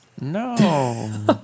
No